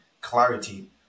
clarity